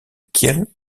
kiel